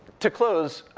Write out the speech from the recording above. to close,